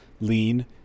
lean